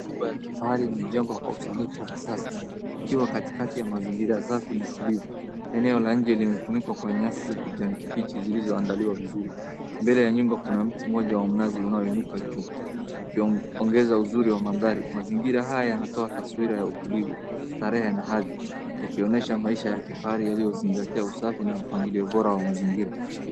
Nyumba ya kifahari imejengwa kwa usanifu wa kisasa, ikiwa katikati ya mazingira safi na tulivu. Eneo la nje limefunikwa kwa nyasi za kijani kibichi zilizoandaliwa vizuri. Mbele ya nyumba kuna miti moja wa mnazi unaoinuka juu, ukiongeza uzuri wa mandhari. Mazingira haya yanatoa taswira ya utulivu, starehe na hadhi, ikionyesha maisha ya kifahari yaliyozingatia usafi na mpangilio bora wa mazingira.